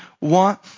want